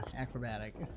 acrobatic